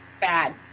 bad